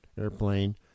airplane